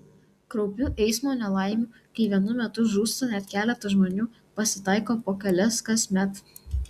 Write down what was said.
kraupių eismo nelaimių kai vienu metu žūsta net keletas žmonių pasitaiko po kelias kasmet